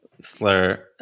slur